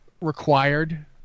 required